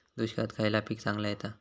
दुष्काळात खयला पीक चांगला येता?